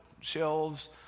shelves